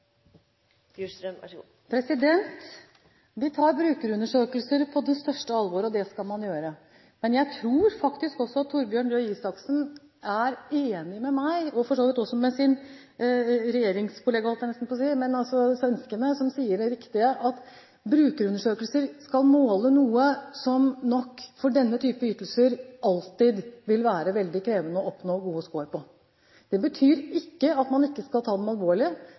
som er så avgjørende. Vi tar brukerundersøkelser på det største alvor. Det skal man gjøre. Men jeg tror faktisk at Torbjørn Røe Isaksen er enig med meg, og for så vidt også med svenskene – som sier det riktige – i at brukerundersøkelser skal måle noe som nok, for denne type ytelser, alltid vil være veldig krevende å oppnå gode score på. Det betyr ikke at man ikke skal ta dem